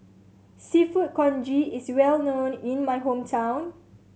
Seafood Congee is well known in my hometown